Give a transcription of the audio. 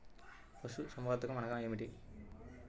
పశుసంవర్ధకం అనగా ఏమి?